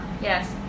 Yes